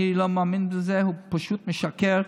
אני לא מאמין לזה, הוא פשוט משקר.